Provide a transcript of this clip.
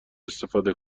استفاده